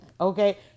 okay